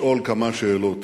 לשאול כמה שאלות: